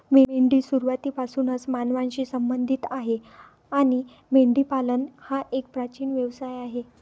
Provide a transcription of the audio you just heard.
मेंढी सुरुवातीपासूनच मानवांशी संबंधित आहे आणि मेंढीपालन हा एक प्राचीन व्यवसाय आहे